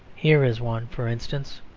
here is one, for instance,